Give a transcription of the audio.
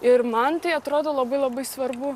ir man tai atrodo labai labai svarbu